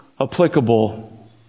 applicable